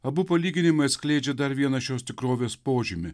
abu palyginimai atskleidžia dar vieną šios tikrovės požymį